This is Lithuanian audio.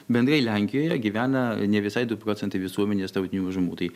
bendrai lenkijoje gyvena ne visai du procentai visuomenės tautinių mažumų tai